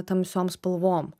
tamsiom spalvom